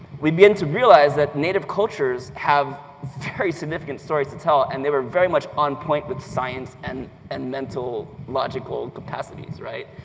we begin to realize that native cultures have very significant stories to tell. and they were very much on point with science, and and mental, logical capacities, right?